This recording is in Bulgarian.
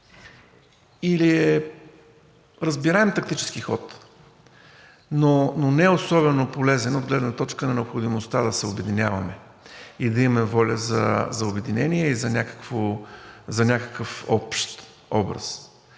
разбираем тактически ход, но не особено полезен от гледна точка на необходимостта да се обединяваме и да имаме воля за обединение и за някакъв общ образ.